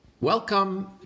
Welcome